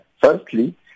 Firstly